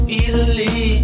easily